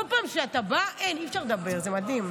בכל פעם שאתה בא, אין, אי-אפשר לדבר, זה מדהים,